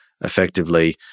effectively